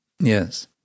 Yes